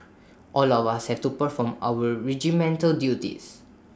all of us have to perform our regimental duties